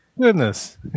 Goodness